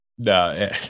no